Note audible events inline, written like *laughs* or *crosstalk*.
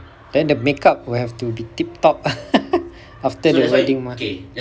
then the makeup will have to tip top *laughs* after the wedding mah